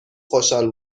خشحال